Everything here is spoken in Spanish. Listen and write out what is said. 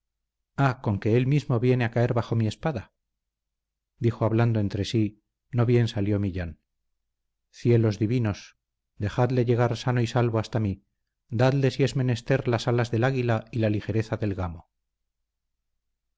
ah conque él mismo viene a caer bajo mi espada dijo hablando entre sí no bien salió millán cielos divinos dejadle llegar sano y salvo hasta mí dadle si es menester las alas del águila y la ligereza del gamo